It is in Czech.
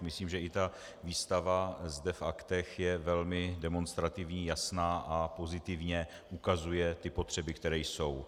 Myslím, že i ta výstava zde v aktech je velmi demonstrativní, jasná a pozitivně ukazuje ty potřeby, které jsou.